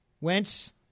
Wentz